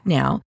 now